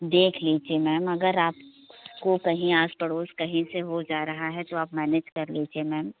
देख लीजिए मैम अगर आप को कहीं आस पड़ोस कहीं से हो जा रहा है तो आप मैनेज कर लीजिए मैम